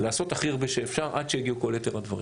לעשות הכי הרבה שאפשר עד שיגיעו כל יתר הדברים.